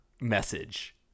message